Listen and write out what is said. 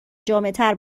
جامعتر